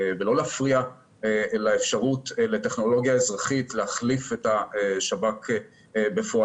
ולא להפריע לאפשרות של טכנולוגיה אזרחית להחליף את השב"כ בפועל.